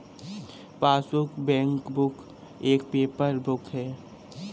passbook, bankbook एक paper book है